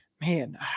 Man